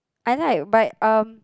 I like but um